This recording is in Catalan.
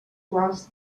quals